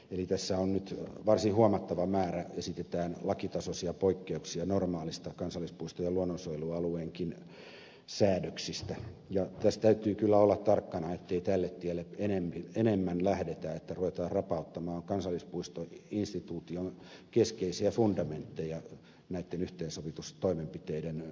eli tässä nyt varsin huomattava määrä esitetään lakitasoisia poikkeuksia normaaleista kansallispuisto ja luonnonsuojelualueenkin säädöksistä ja tässä täytyy kyllä olla tarkkana ettei tälle tielle enemmän lähdetä että ruvetaan rapauttamaan kansallispuistoinstituution keskeisiä fundamentteja näitten yhteensovitustoimenpiteiden nimissä